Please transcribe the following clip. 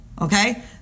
Okay